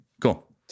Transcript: cool